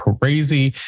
crazy